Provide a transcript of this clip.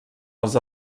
els